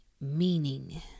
meaning